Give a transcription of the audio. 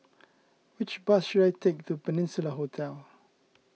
which bus should I take to Peninsula Hotel